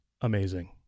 amazing